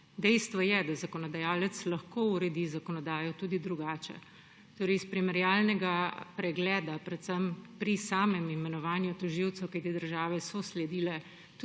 Dejstvo je, da zakonodajalec lahko uredi zakonodajo tudi drugače. Iz primerjalnega pregleda predvsem pri samem imenovanju tožilcev – kajti države so sledile